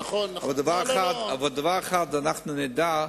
אבל דבר אחד אנחנו נדע,